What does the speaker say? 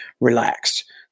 relaxed